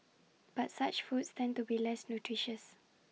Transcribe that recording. but such foods tend to be less nutritious